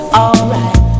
alright